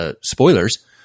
spoilers